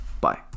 Bye